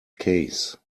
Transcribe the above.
case